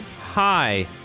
Hi